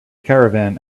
caravan